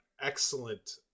excellent